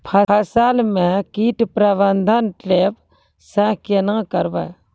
फसल म कीट प्रबंधन ट्रेप से केना करबै?